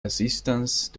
assistance